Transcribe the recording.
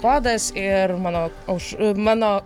kodas ir mano už mano